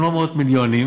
אם לא מאות מיליונים,